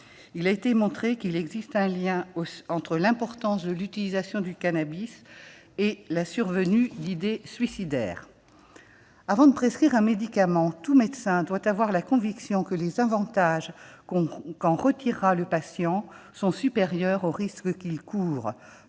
a également été établi entre l'importance de l'utilisation du cannabis et la survenue d'idées suicidaires. Avant de prescrire un médicament, tout médecin doit avoir la conviction que les avantages qu'en retirera le patient sont supérieurs aux risques qu'il court.